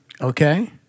okay